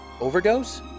Overdose